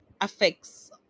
affects